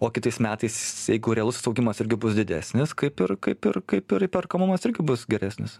o kitais metais jeigu realus augimas irgi bus didesnis kaip ir kaip ir kaip ir įperkamumas irgi bus geresnis